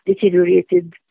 deteriorated